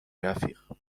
رفیق